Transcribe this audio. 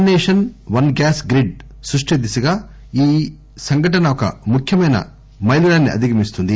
one nation one gas grid సృష్టి దిశగా ఈ సంఘటన ఒక ముఖ్యమైన మైలురాయిని అధిగమిస్తుంది